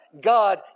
God